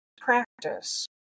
practice